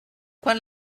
quan